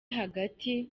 hagati